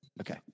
okay